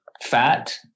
fat